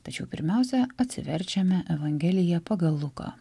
tačiau pirmiausia atsiverčiame evangeliją pagal luką